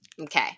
Okay